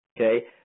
Okay